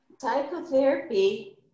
psychotherapy